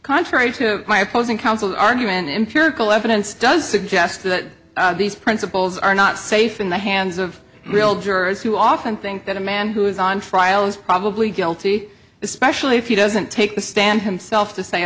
contrary to my opposing counsel argument empirical evidence does suggest that these principles are not safe in the hands of real jurors who often think that a man who is on trial is probably guilty especially if you doesn't take the stand himself to say